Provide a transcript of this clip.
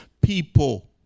people